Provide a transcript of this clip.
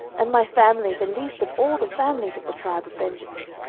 and my family the least of all the families of the tribe of benjamin?